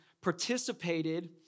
participated